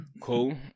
cool